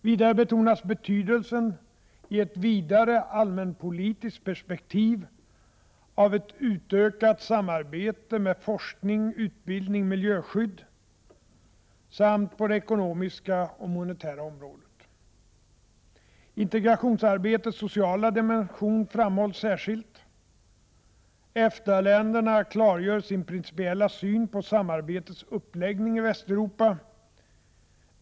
—- Vidare betonas betydelsen, i ett vidare allmänpolitiskt perspektiv, av ett utökat samarbete med forskning, utbildning, miljöskydd, samt på det ekonomiska och monetära området. - Integrationsarbetets sociala dimension framhålls särskilt. —- EFTA-länderna klargör sin principiella syn på samarbetets uppläggning i Västeuropa.